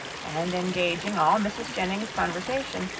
and engaging all mrs. jennings's conversation,